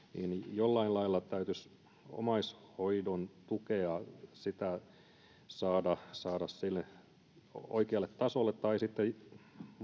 jollain lailla omaishoidon tukea saada saada oikealle tasolle tai sitten